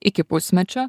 iki pusmečio